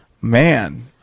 Man